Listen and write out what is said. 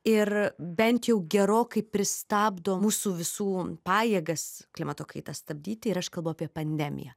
ir bent jau gerokai pristabdo mūsų visų pajėgas klimato kaitą stabdyti ir aš kalbu apie pandemiją